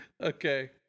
Okay